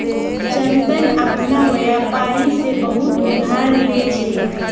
चंदन अपना व्यापारी से बहुत उधार ले छे